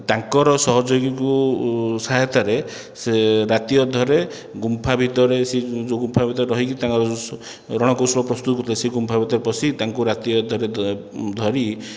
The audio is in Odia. ତାଙ୍କର ସହଯୋଗୀଙ୍କୁ ସହାୟତାରେ ସେ ରାତି ଅଧରେ ଗୁମ୍ଫା ଭିତରେ ସେ ଯେଉଁ ଗୁମ୍ଫା ଭିତରେ ରହିକି ତାଙ୍କର ରଣକୌଶଳ ପ୍ରସ୍ତୁତ କରୁଥିଲେ ସେ ଗୁମ୍ଫା ଭିତରେ ପଶିକି ତାଙ୍କୁ ରାତି ଅଧରେ ଧରି